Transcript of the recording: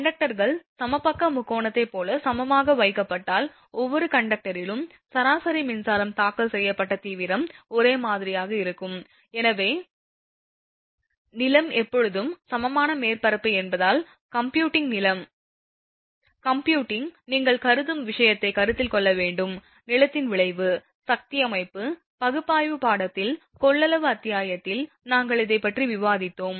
கண்டக்டர்கள் சமபக்க முக்கோணத்தை போல சமமாக வைக்கப்பட்டால் ஒவ்வொரு கண்டக்டரிலும் சராசரி மின்சாரம் தாக்கல் செய்யப்பட்ட தீவிரம் ஒரே மாதிரியாக இருக்கும் ஏனெனில் நிலம் எப்போதும் சமமான மேற்பரப்பு என்பதால் கம்ப்யூட்டிங் நீங்கள் கருதும் விஷயத்தை கருத்தில் கொள்ள வேண்டும் நிலத்தின் விளைவு சக்தி அமைப்பு பகுப்பாய்வு பாடத்தில் கொள்ளளவு அத்தியாயத்தில் நாங்கள் இதைப் பற்றி விவாதித்தோம்